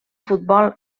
futbol